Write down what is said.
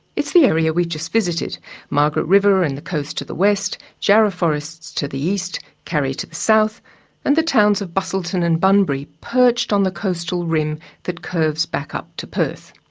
it's the area we've just visited margaret river and the coast to the west, jarrah forests to the east, karri to the south and the towns of busselton and bunbury perched on the coastal rim that curves up to perth.